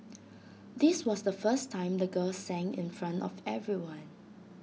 this was the first time the girl sang in front of everyone